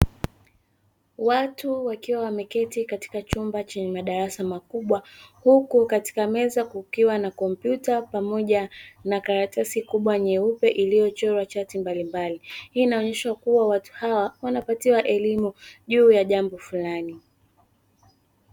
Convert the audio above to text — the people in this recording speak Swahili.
Watu wakiwa wameketi katika chumba chenye madarasa makubwa, huku katika meza kukiwa na kompyuta pamoja na karatasi kubwa nyeupe iliyochorwa chati mbalimbali. Hii inaonyesha kuwa watu hawa wanapatiwa elimu juu ya jambo fulani.